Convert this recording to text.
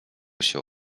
się